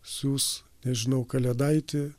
siųs nežinau kalėdaitį